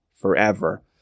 forever